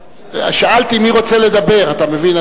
שאלתי מי רוצה לדבר, אתה מבין?